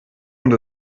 und